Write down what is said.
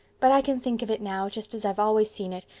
but i can think of it now, just as i've always seen it,